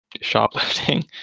shoplifting